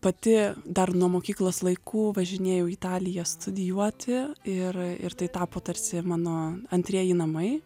pati dar nuo mokyklos laikų važinėjau į italiją studijuoti ir ir tai tapo tarsi mano antrieji namai